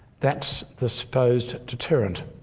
that's the supposed deterrent.